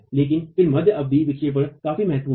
लेकिन फिर मध्य अवधि विक्षेपण काफी महत्वपूर्ण है